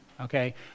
okay